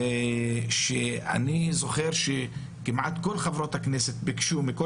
אני זוכר שכמעט כל חברות הכנסת מכל